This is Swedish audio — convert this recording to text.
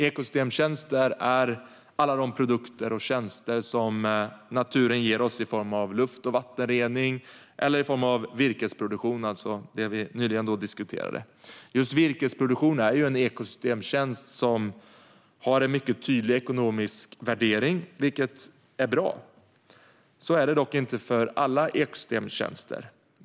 Ekosystemtjänster är alla de produkter och tjänster som naturen ger oss i form av luft och vattenrening eller i form av virkesproduktion, som vi nyligen diskuterade. Just virkesproduktion är en ekosystemtjänst som har en mycket tydlig ekonomisk värdering, vilket är bra. Så är det dock inte för alla ekosystemtjänster.